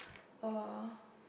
oh